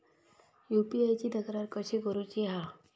UPI ची तक्रार कशी करुची हा?